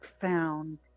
found